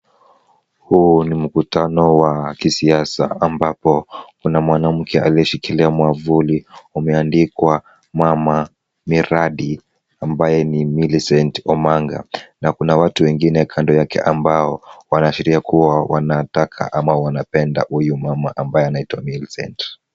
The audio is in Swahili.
Huo ni mkutano wa kisiasa ambapo kuna mwanamke aliyeshikilia mwavuli umeandikwa, mama, miradi ambaye ni Millicent Omanga, na kuna watu wengine kando yake ambao wanaashiria kuwa wanataka ama wanapenda huyu mama ambaye anaitwa Millicent.